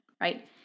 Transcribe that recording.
right